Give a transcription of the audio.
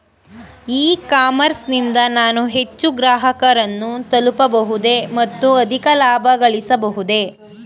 E commerce ನಿಂದ ನಾನು ಹೆಚ್ಚು ಗ್ರಾಹಕರನ್ನು ತಲುಪಬಹುದೇ ಮತ್ತು ಅಧಿಕ ಲಾಭಗಳಿಸಬಹುದೇ?